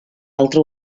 altra